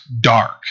dark